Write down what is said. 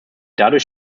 dadurch